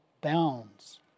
bounds